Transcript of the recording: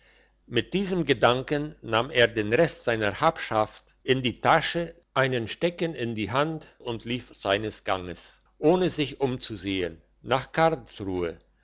mit diesem gedanken nahm er den rest seiner habschaft in die tasche einen stecken in die hand und lief eines gangs ohne sich umzusehen nach karlsruhe